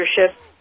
Leadership